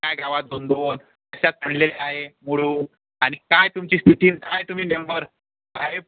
एका गावात दोन दोन अशाच पडलेल्या आहे मुडू आणि काय तुमची स्थिती काय तुम्ही नेंबर साहेब